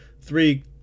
Three